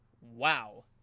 Wow